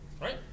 Right